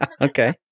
okay